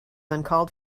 uncalled